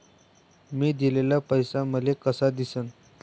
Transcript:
मी दिलेला पैसा मले कसा दिसन?